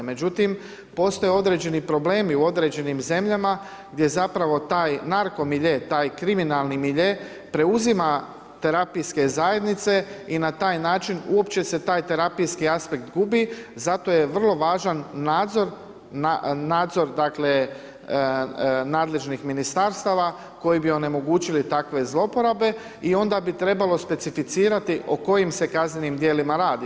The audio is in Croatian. Međutim, postoji određeni problemi u određenim zemljama, gdje zapravo taj narko milje, taj kriminalni milje, preuzima terapijske zajednice i na taj način, uopće se taj terapijski aspekt gubi, zato je vrlo važan nadzor dakle, nadležnih ministarstava koji bi omogućili takve zlouporabe i onda bi trebalo specificirati o kojim se kaznenim dijelima radi.